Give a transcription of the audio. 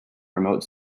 remote